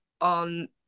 on